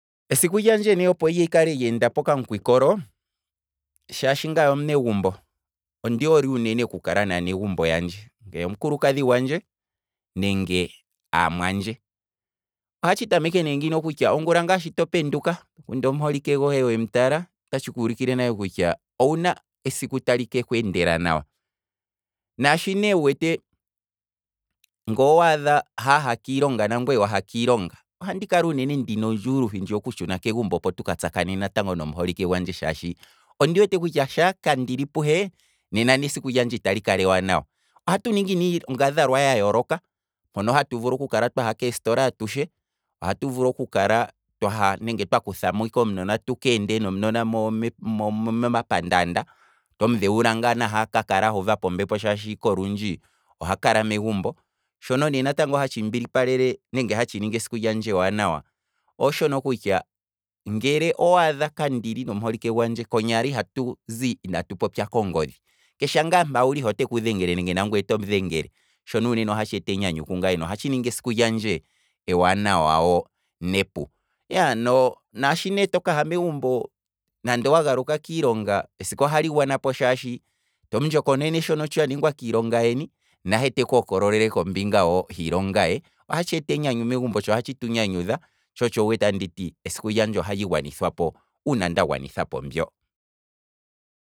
Esiku lyandje ne opo li kale lyeendapo okamukwikolo, shaashi ngaye omunegumbo, ondi hole uunene okukala naanegumbo yandje, ngee omukulukadhi gwandje nenge aamwandje, ohatshi tameke nee ngino kutya, ongula shi topenduka, kunda omuholike gohe wemutala, otatshi kuulikile nale kutya owuna esiku tali kekweendela nawa, naashi ne wu wete, nge owaadha aha kiilonga nangweye waha kiilonga, ohandi kala uunene ndina ondjuuluthi ndjiya hoku tshuna kegumbo opo tuka tsakanene nomuholike gwandje shaashi ondi wete kutya shaa kandili puhe, nena nesiku lyandje itali kala ewaanwa, ohatu ningi ne iinyangadhalwa ya yooloka, mpono hatu vulu okukala twaha keesitola atushe, ohatu vulu okukala twaha, nenge twaku thamo ike omunona tu keende nomunona mo- mo- mo- moma pandaanda, tomu dhewula ngaa nahe aka kale uuvapo ombepo shaashi olundji oha kala megumbo, shono natango hatshi mbili palele nenge hatshi ningi esiku lyandje ewanawa, oshono kutya ngele owaadha kandili nomuholike gwandje, konyala iha tuzi inatu popya kongodhi, kesha ngaa mpa wuli he oteku dhengele nangweye otomu dhengele, shono uunene ohatshi eta enyanyu kungaye noha tshi ningi esiku lyandje ewanawa wo nepu, ya no naashi ne tokaha megumbo nande owagaluka kiilonga, esiku ohali gwanapo shaashi, tomu ndjokonene shono tsha ningwa kiilonga yeni, nahe teku hokololele wo kombinga hiilonga ye, ohatshi eta enyanyu megumbo tsho ohatshi tunyanyudha, tsho otsho wu wete ndati, esiku lyandje ohalyi gwanithwapo uuna nda gwanithapo mbyo.